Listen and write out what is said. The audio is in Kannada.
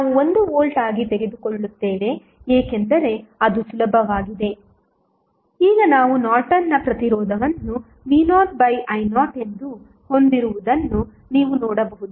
ನಾವು 1 ವೋಲ್ಟ್ ಆಗಿ ತೆಗೆದುಕೊಳ್ಳುತ್ತೇವೆ ಏಕೆಂದರೆ ಅದು ಸುಲಭವಾಗಿದೆ ಈಗ ನಾವು ನಾರ್ಟನ್ನ ಪ್ರತಿರೋಧವನ್ನು v0i0 ಎಂದು ಹೊಂದಿರುವುದನ್ನು ನೀವು ನೋಡಬಹುದು